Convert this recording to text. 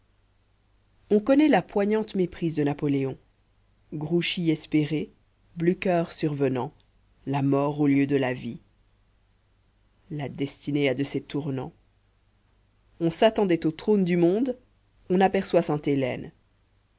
on connaît la poignante méprise de napoléon grouchy espéré blücher survenant la mort au lieu de la vie la destinée a de ces tournants on s'attendait au trône du monde on aperçoit sainte-hélène